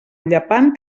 llepant